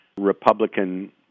Republican